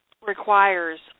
requires